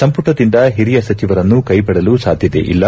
ಸಂಪುಟದಿಂದ ಹಿರಿಯ ಸಚಿವರನ್ನು ಕೈಬಿಡುವ ಸಾಧ್ಯತೆಯಿಲ್ಲ